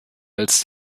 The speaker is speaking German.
als